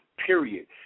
period